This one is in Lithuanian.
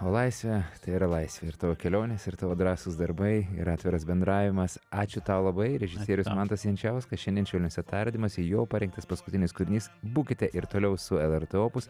o laisvė tai yra laisvė ir tavo kelionės ir tavo drąsūs darbai ir atviras bendravimas ačiū tau labai režisierius mantas jančiauskas šiandien švelniuose tardymuose jo parengtas paskutinis kūrinys būkite ir toliau su lrt opus